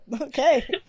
okay